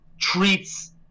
treats